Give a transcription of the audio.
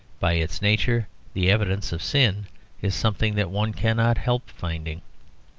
by its nature the evidence of sin is something that one cannot help finding.